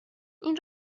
این